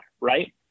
right